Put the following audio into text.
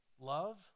love